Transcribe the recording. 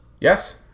Yes